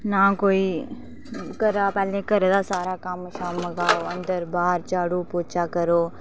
ना कोई घरा पैह्लें घरा दा सारा कम्म शम मकाओ अंदर बाहर झाडू पोचा करो